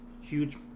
huge